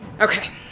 Okay